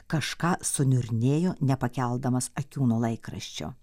kažką suniurnėjo nepakeldamas akių nuo laikraščio